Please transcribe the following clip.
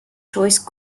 choice